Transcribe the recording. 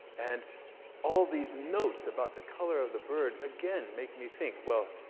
and all these notes about the color of the bird, again, make me think, well,